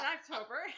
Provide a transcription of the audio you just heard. October